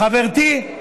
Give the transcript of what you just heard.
חברתי,